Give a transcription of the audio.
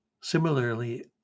similarly